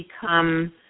become